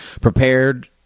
Prepared